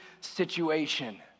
situation